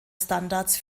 standards